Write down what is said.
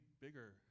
bigger